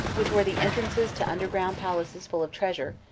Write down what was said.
which were the entrances to underground palaces full of treasure,